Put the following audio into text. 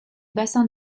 bassin